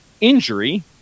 injury